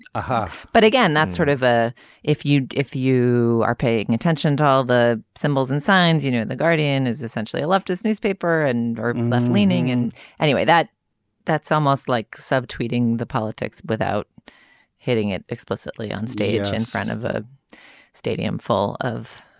aha. but again that's sort of a if you if you are paying attention to all the symbols and signs you know and the guardian is essentially a leftist newspaper and in left leaning and anyway that that's almost like sub tweeting the politics without hitting it explicitly onstage in front of a stadium full of